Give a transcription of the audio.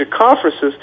conferences